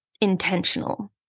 intentional